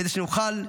כדי שנוכל,